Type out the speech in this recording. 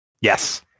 Yes